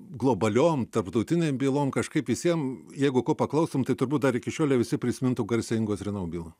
globaliom tarptautinėn bylom kažkaip visiem jeigu ko paklaustum tai turbūt dar iki šiol jie visi prisimintų garsingos renau bylą